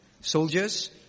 soldiers